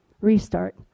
Restart